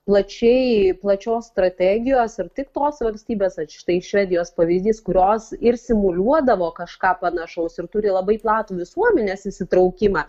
plačiai plačios strategijos ir tik tos valstybės štai švedijos pavyzdys kurios ir simuliuodavo kažką panašaus ir turi labai platų visuomenės įsitraukimą